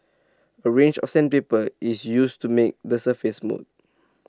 A range of sandpaper is used to make the surface smooth